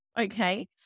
okay